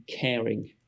caring